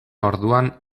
orduan